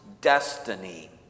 destiny